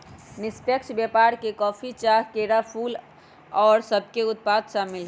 निष्पक्ष व्यापार में कॉफी, चाह, केरा, फूल, फल आउरो सभके उत्पाद सामिल हइ